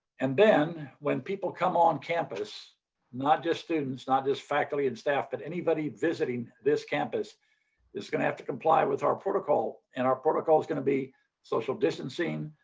and then when people come on campus not just students, not just faculty and staff but anybody visiting this campus is going to have to comply with our protocol and our protocol is going to be social distancing,